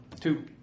Two